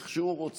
איך שהוא רוצה,